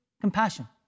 compassion